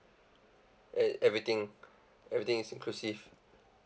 and everything everything is inclusive